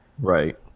Right